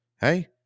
Hey